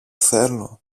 θέλω